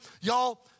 y'all